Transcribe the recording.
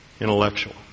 intellectual